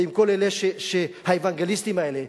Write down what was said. ועם כל האוונגליסטים האלה,